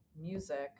music